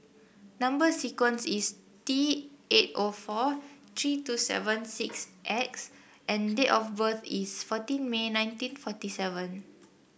number sequence is T eight O forty three two seven six X and date of birth is fourteen May nineteen forty seven